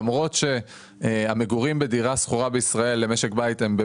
למרות שהמגורים בדירה שכורה בישראל למשק בית הם,